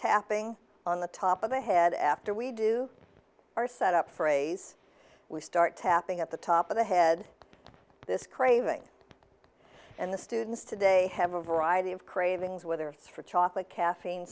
tapping on the top of the head after we do our set up phrase we start tapping at the top of the head this craving and the students today have a variety of cravings whether through chocolate caffeine